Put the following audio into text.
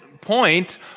point